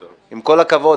עם כל הכבוד,